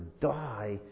die